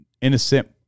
innocent